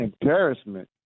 embarrassment